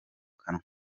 kanwa